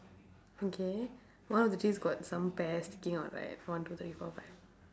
okay one of the trees got some pears sticking out right one two three four five